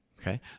Okay